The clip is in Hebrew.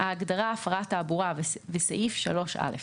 (ההגדרה "הפרת תעבורה" וסעיף 3(א))